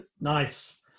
nice